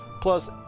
Plus